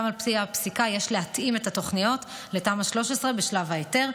גם על פי הפסיקה יש להתאים את התוכניות לתמ"א 13 בשלב ההיתר,